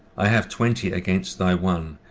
i have twenty against thy one,